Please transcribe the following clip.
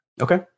Okay